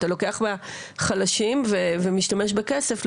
אתה לוקח מהחלשים ומשתמש בכסף.